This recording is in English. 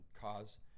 cause